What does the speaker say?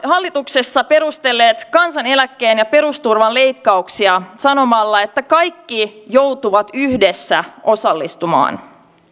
hallituksessa perustelleet kansaneläkkeen ja perusturvan leikkauksia sanomalla että kaikki joutuvat yhdessä osallistumaan